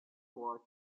was